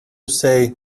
say